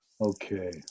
Okay